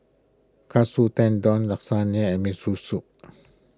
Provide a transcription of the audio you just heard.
Katsu Tendon Lasagna and Miso Soup